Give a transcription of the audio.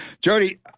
Jody